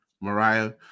Mariah